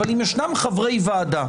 אבל אם ישנם חברי ועדה,